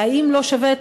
והאם לא שווה,